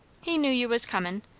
he knew you was comin'.